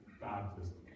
baptism